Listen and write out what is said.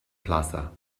plaza